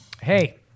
Hey